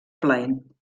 plaent